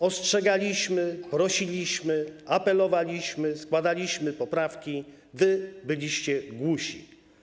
Ostrzegaliśmy, prosiliśmy, apelowaliśmy, składaliśmy poprawki - wy byliście głusi.